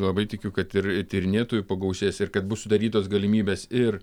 labai tikiu kad ir tyrinėtojų pagausės ir kad bus sudarytos galimybės ir